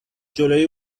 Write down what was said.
جلوی